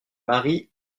marie